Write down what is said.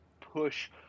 push